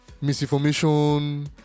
misinformation